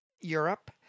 Europe